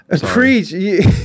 Preach